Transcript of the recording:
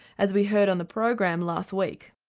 as we heard on the program last week.